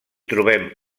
trobem